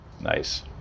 nice